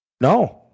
no